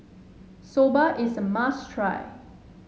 soba is a must try